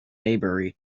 maybury